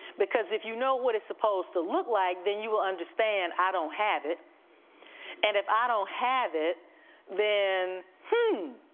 because if you know what it's supposed to look like, then you will understand i don't have it and if i don't have it then hmm.